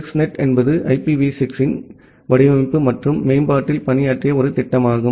6 net என்பது IPv 6 இன் வடிவமைப்பு மற்றும் மேம்பாட்டில் பணியாற்றிய ஒரு திட்டமாகும்